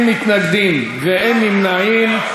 42 בעד, אין מתנגדים ואין נמנעים.